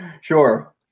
Sure